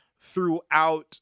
throughout